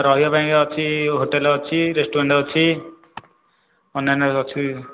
ରହିବା ପାଇଁକା ଅଛି ହୋଟେଲ୍ ଅଛି ରେଷ୍ଟୁରାଣ୍ଟ ଅଛି ଅନ୍ୟାନ୍ୟ ଅଛି